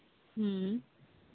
ᱦᱮᱸ